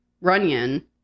Runyon